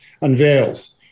unveils